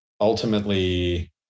Ultimately